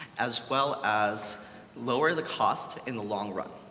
as well as lower the cost in the long run.